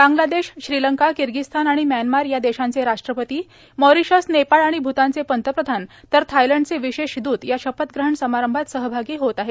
Bangladesh Sri Lanka Kyrgyzstan आणि Myanmar या देशांचे राष्ट्रपती मॉरिशस नेपाळ आणि भूतानचे पंतप्रधान तर थायलॅंडचे विशेष दूत या शपथग्रहण समारंभात सहभागी होत आहेत